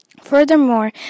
Furthermore